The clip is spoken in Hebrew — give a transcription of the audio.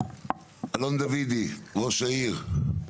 אלון דוידי, ראש העיר,